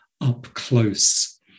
up-close